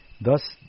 Thus